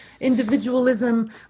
individualism